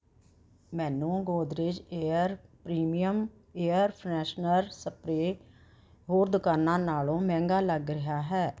ਮੈਨੂੰ Godrej air premium air freshener spray ਹੋਰ ਦੁਕਾਨਾਂ ਨਾਲੋਂ ਮਹਿੰਗਾ ਲੱਗ ਰਿਹਾ ਹੈ